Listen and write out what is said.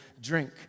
drink